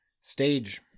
stage